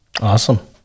awesome